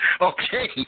Okay